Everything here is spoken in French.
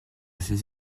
suis